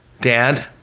Dad